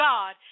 God